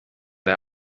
der